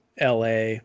LA